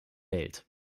welt